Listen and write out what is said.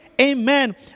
Amen